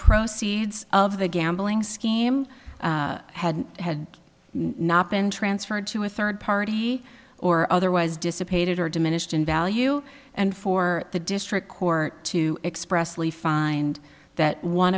proceeds of the gambling scheme had had not been transferred to a third party or otherwise dissipated or diminished in value and for the district court to express lee find that one